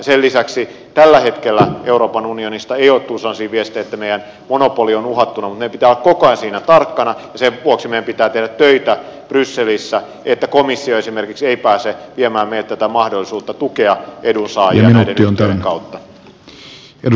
sen lisäksi tällä hetkellä euroopan unionista ei ole tullut sellaisia viestejä että meidän monopoli on uhattuna mutta meidän pitää olla koko ajan siinä tarkkana ja sen vuoksi meidän pitää tehdä töitä brysselissä että komissio esimerkiksi ei pääse viemään meiltä tätä mahdollisuutta tukea edunsaajia näiden yhtiöiden kautta